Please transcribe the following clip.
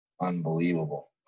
unbelievable